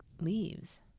leaves